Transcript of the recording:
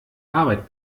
arbeit